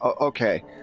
Okay